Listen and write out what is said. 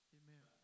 amen